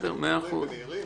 הם ברורים ונהירים.